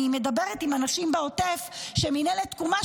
אני מדברת עם אנשים בעוטף: מינהלת תקומה,